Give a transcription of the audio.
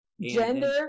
Gender